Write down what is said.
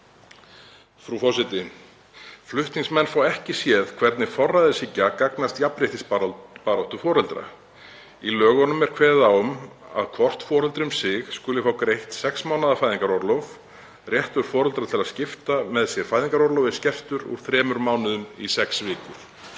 Flutningsmenn fá ekki séð hvernig forræðishyggja gagnast jafnréttisbaráttu foreldra. Í lögunum er kveðið á um að hvort foreldri um sig skuli fá greitt sex mánaða fæðingarorlof. Réttur foreldra til að skipta með sér fæðingarorlofi er skertur, úr þremur mánuðum í sex vikur.